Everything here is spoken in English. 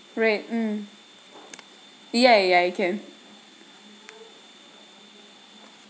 right mm yeah yeah I can